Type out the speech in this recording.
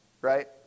right